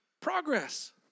progress